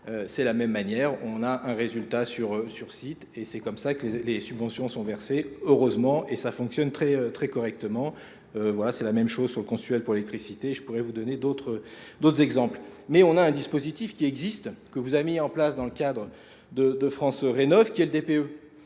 C'est la même manière, on a un résultat sur site et c'est comme ça que les subventions sont versées, heureusement, et ça fonctionne très correctement. Voilà, c'est la même chose sur le constituel pour l'électricité, je pourrais vous donner d'autres exemples. Mais on a un dispositif qui existe, que vous avez mis en place dans le cadre de France Renov, qui est le DPE.